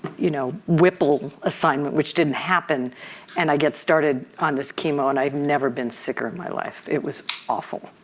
you know whipple assignment, which didn't happen and i get started on this chemo and i've never been sicker in my life. it was awful.